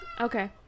Okay